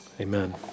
amen